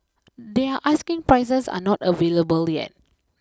their asking prices are not available yet